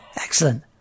Excellent